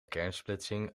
kernsplitsing